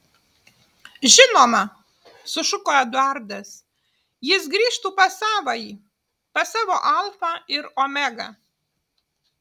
žinoma sušuko eduardas jis grįžtų pas savąjį pas savo alfą ir omegą